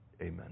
amen